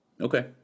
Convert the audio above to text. Okay